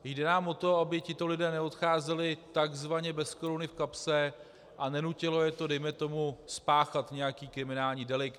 Jde nám o tom, aby tito lidé neodcházeli takzvaně bez koruny v kapse a nenutilo je to dejme tomu spáchat nějaký kriminální delikt.